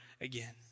again